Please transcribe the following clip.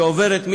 שעוברת,